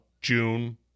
June